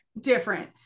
Different